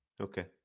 Okay